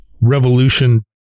revolution